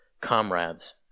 comrades